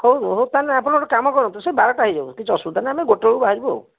ହଉ ହଉ ତାହେଲେ ଆପଣ ଗୋଟେ କାମ କରନ୍ତୁ ସେ ବାରଟା ହେଇଯାଉ କିଛି ଅସୁବିଧା ନାହିଁ ଆମେ ଗୋଟେ ବେଳକୁ ବାହାରିବୁ ଆଉ